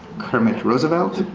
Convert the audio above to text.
kermit roosevelt.